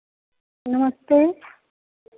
नमस्ते